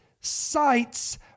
sights